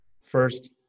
first